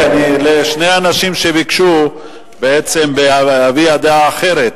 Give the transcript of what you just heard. שני אנשים ביקשו להביע דעה אחרת,